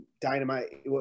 dynamite